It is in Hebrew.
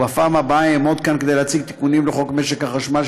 ובפעם הבאה אעמוד כאן כדי להציג תיקונים לחוק משק החשמל,